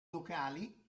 locali